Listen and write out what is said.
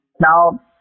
Now